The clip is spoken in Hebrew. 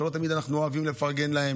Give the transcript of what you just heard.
שלא תמיד אנחנו אוהבים לפרגן להם,